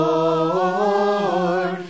Lord